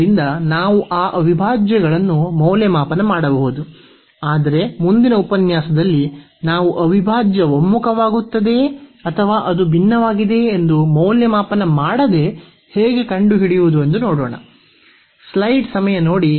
ಆದ್ದರಿಂದ ನಾವು ಆ ಅವಿಭಾಜ್ಯಗಳನ್ನು ಮೌಲ್ಯಮಾಪನ ಮಾಡಬಹುದು ಆದರೆ ಮುಂದಿನ ಉಪನ್ಯಾಸದಲ್ಲಿ ನಾವು ಅವಿಭಾಜ್ಯ ಒಮ್ಮುಖವಾಗುತ್ತದೆಯೇ ಅಥವಾ ಅದು ಭಿನ್ನವಾಗಿದೆಯೆ ಎಂದು ಮೌಲ್ಯಮಾಪನ ಮಾಡದೆ ಹೇಗೆ ಕಂಡುಹಿಡಿಯುವುದು ಎಂದು ನೋಡೋಣ